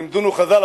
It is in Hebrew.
לימדונו חז"ל,